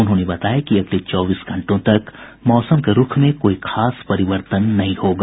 उन्होंने बताया कि अगले चौबीस घंटों तक मौसम के रूख में कोई खास परिवर्तन नहीं होगा